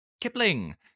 Kipling